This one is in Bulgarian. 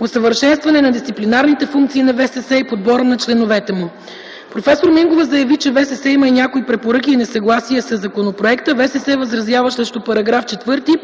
усъвършенстване на дисциплинарните функции на ВСС и подбора на членовете му. Професор Мингова заяви, че ВСС има и някои препоръки и несъгласия със законопроекта: - ВСС възразява срещу § 4,